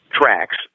tracks